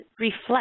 reflect